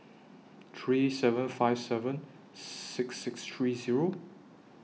three seven five seven six six three Zero